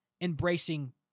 embracing